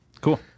Cool